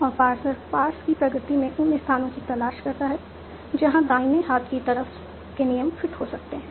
और parser parse की प्रगति में उन स्थानों की तलाश करता है जहां दाहिने हाथ की तरफ के नियम फिट हो सकते हैं